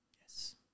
Yes